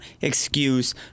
excuse